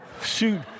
Shoot